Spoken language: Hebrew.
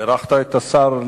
בירכת את השר לשעבר,